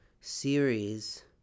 series